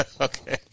Okay